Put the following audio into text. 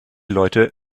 leute